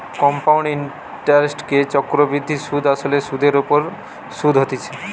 compound ইন্টারেস্টকে চক্রবৃদ্ধি সুধ আসলে সুধের ওপর শুধ হতিছে